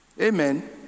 Amen